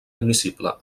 admissible